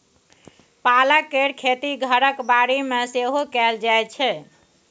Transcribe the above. पालक केर खेती घरक बाड़ी मे सेहो कएल जाइ छै